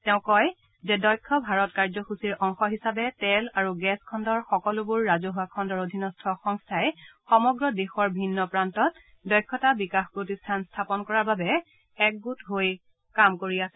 তেওঁ কয় যে দক্ষ ভাৰত কাৰ্যসূচীৰ অংশ হিচাপে তেল আৰু গেছ খণ্ডৰ সকলোবোৰ ৰাজহুৱা খণ্ডৰ অধীনস্থ সংস্থাই সমগ্ৰ দেশৰ ভিন্ন প্ৰান্তত দক্ষতা বিকাশ প্ৰতিষ্ঠান স্থাপন কৰাৰ বাবে একগোট হৈ কাম কৰি আছে